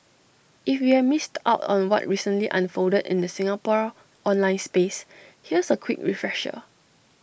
if you've missed out on what recently unfolded in the Singapore online space here's A quick refresher